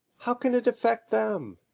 how can it affect them?